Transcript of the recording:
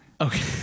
Okay